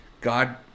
God